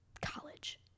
college